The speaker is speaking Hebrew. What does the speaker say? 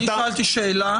אני שאלתי שאלה.